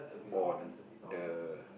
on the